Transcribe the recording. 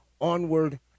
onward